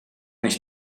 nicht